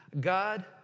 God